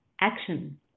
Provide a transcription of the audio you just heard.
action